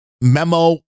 memo